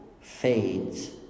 fades